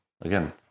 again